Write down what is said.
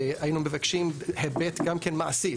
והיינו מבקשים היבט גם כן מעשי,